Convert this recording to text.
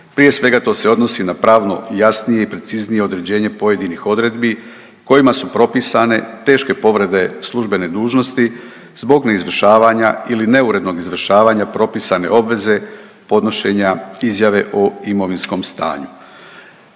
Prije svega to se odnosi na pravno jasnije i preciznije određenje pojedinih odredbi kojima su propisane teške povrede službene dužnosti zbog neizvršavanja ili neurednog izvršavanja propisane obveze podnošenja izjave o imovinskom stanju.